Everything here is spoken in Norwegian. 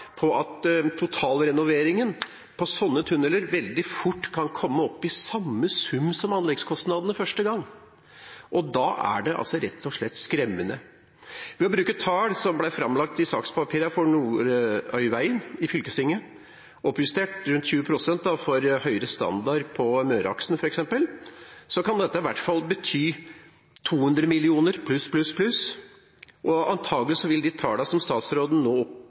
totalrenoveringen på slike tunneler veldig fort kan komme opp i samme sum som anleggskostnadene første gang. Det er rett og slett skremmende. Ved å bruke f.eks. tall som ble framlagt i sakspapirene for Nordøyvegen i fylkestinget, oppjustert rundt 20 pst. for høyere standard på Møreaksen, kan dette i hvert fall bety 200 mill. kr pluss pluss pluss, og antakelig vil de tallene som statsråden nå